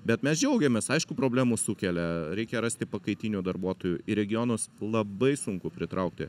bet mes džiaugiamės aišku problemų sukelia reikia rasti pakaitinių darbuotojų į regionus labai sunku pritraukti